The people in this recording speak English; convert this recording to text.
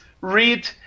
read